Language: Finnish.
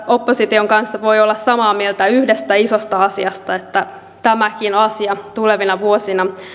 opposition kanssa voi olla samaa mieltä yhdestä isosta asiasta että tämäkin asia tulevina vuosina